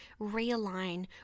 realign